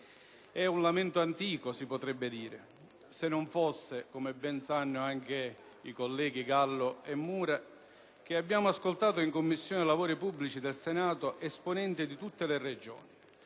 È un lamento antico, si potrebbe dire, se non fosse, come ben sanno anche i colleghi Gallo e Mura, che abbiamo ascoltato in Commissione lavori pubblici del Senato esponenti di tutte le Regioni